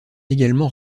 également